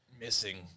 missing